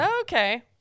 Okay